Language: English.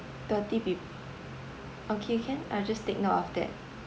thirty peop~ okay can I'll just take note of that